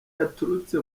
yaturutse